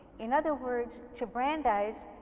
in other words to brandeis,